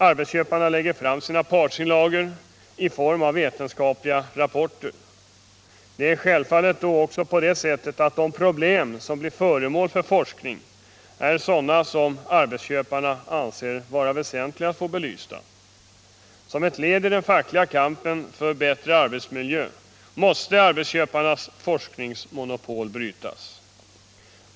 Arbetsköparna lägger fram sina partsinlagor i form av vetenskapliga rapporter, Därför är det självfallet också på det sättet att de problem som blir föremål för forskning är sådana som arbetsköparna anser vara väsentligt att få belysta. Som ett led i den fackliga kampen för bättre arbetsmiljö måste arbetsköparnas forskningsmonopol brytas.